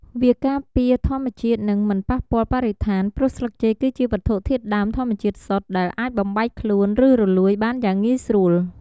វាការពារធម្មជាតិ និងមិនប៉ះពាល់បរិស្ថាន ព្រោះស្លឹកចេកគឺជាវត្ថុធាតុដើមធម្មជាតិសុទ្ធ ដែលអាចបំបែកខ្លួន ឬរលួយបានយ៉ាងងាយស្រួល ។